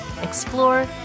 explore